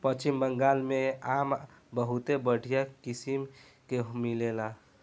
पश्चिम बंगाल में आम बहुते बढ़िया किसिम के मिलेला